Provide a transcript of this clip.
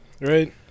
right